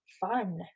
fun